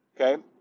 Okay